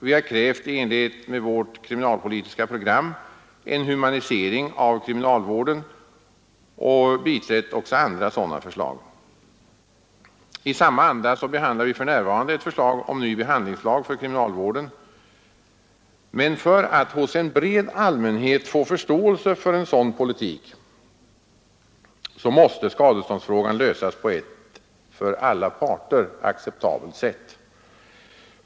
Vi har krävt i enlighet med vårt kriminalpolitiska program en humanisering av kriminalvården och biträtt andra sådana förslag. I samma anda behandlar vi för närvarande ett förslag om ny behandlingslag för kriminalvården, men för att man hos en bred allmänhet skall få förståelse för en sådan politik måste skadeståndsfrågan lösas på ett för alla parter acceptabelt sätt.